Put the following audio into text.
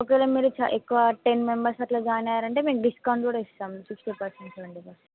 ఒకే మీరు ఎక్కువ ten members అట్లా జాయిన్ అయ్యారంటే డిస్కౌంట్ కూడా ఇస్తాము సిక్స్టీ పర్సెంట్ అవండి